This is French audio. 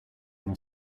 mon